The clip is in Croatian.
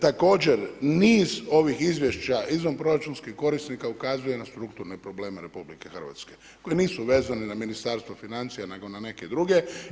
Također niz ovih izvješća izvanproračunskih korisnika ukazuje na strukturne probleme RH koje nisu vezene na Ministarstvo financija nego na neke druge.